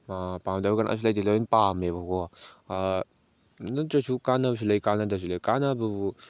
ꯄꯥꯝꯗꯕ ꯀꯅꯥꯁꯨ ꯂꯩꯇꯦ ꯂꯣꯏ ꯄꯥꯝꯃꯦꯕꯀꯣ ꯑꯗꯨ ꯅꯠꯇ꯭ꯔꯁꯨ ꯀꯥꯟꯅꯕꯁꯨ ꯂꯩ ꯀꯥꯟꯅꯗꯕꯁꯨ ꯂꯩ ꯀꯥꯟꯅꯕꯕꯨ